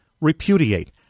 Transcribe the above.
repudiate